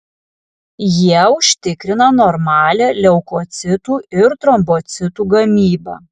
jie užtikrina normalią leukocitų ir trombocitų gamybą